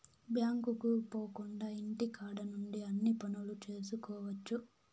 బ్యాంకుకు పోకుండా ఇంటికాడ నుండి అన్ని పనులు చేసుకోవచ్చు